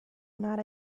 not